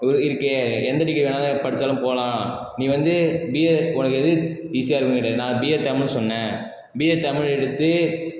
ஒரு இருக்கே எந்த டிகிரி வேணாலும் எது படித்தாலும் போகலாம் நீ வந்து பிஏ உனக்கு எது ஈஸியாக இருக்குதுங்கிற நான் பிஏ தமிழ் சொன்னேன் பிஏ தமிழ் எடுத்து